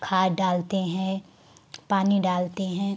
खाद डालते हैं पानी डालते हैं